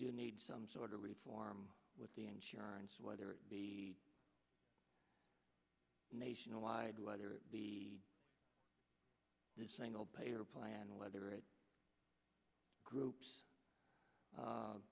do need some sort of reform with the insurance whether it be nationwide whether the single payer plan or whether it groups